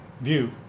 view